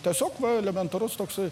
tiesiog elementarus toksai